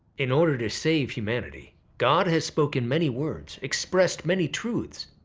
in order to save humanity, god has spoken many words, expressed many truths,